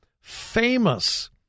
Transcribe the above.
famous